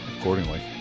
accordingly